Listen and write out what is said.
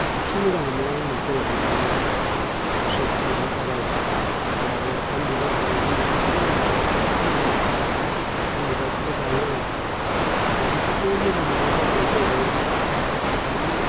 साबसिन मोजां मोननाया आंना गलाफ बिबारानो आरो असक बिबार थाबाय ओमफ्राय आरो सान बिबार थाबाय सान बिबारखौबो आं बिराद मोजां मोनखाथारो सान बिबारखौबो गायो आङो बेफोरखौबो मोजां मोननायनि जाहोनानो जाहैबाय माने